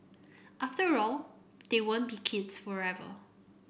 after all they won't be kids forever